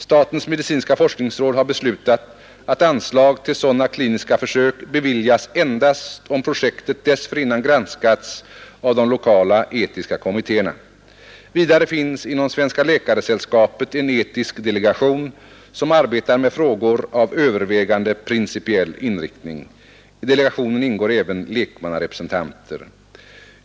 Statens medicinska forskningsråd har beslutat att anslag till sådana kliniska försök beviljas endast om projekten dessförinnan granskats av de lokala etiska kommittéerna. Vidare finns inom Svenska läkaresällskapet en etisk delegation som arbetar med frågor av övervägande principiell inriktning. I delegationen ingår även lekmannarepresentanter.